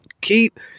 Keep